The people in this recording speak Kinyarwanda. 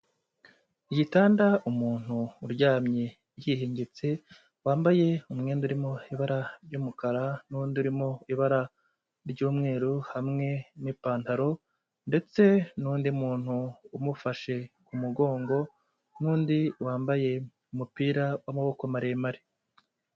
Igitanda umuntu uryamye yihengetse, wambaye umwenda urimo ibara ry'umukara n'undi urimo ibara ry'umweru hamwe n'ipantaro ndetse n'undi muntu umufashe mu mugongo, n'undi wambaye umupira w'amaboko maremare.